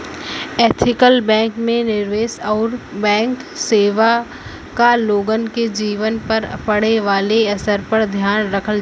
ethical bank में निवेश आउर बैंक सेवा क लोगन के जीवन पर पड़े वाले असर पर ध्यान रखल जाला